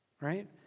Right